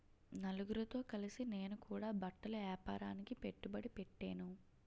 నలుగురితో కలిసి నేను కూడా బట్టల ఏపారానికి పెట్టుబడి పెట్టేను